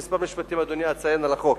אדוני, בכמה משפטים אציין דברים על החוק.